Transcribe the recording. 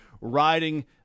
riding